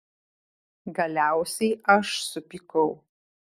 galiausiai aš supykau